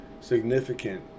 significant